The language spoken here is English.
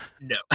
No